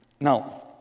Now